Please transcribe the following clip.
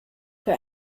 für